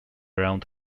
round